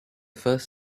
first